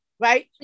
Right